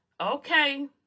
Okay